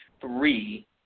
three